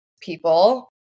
people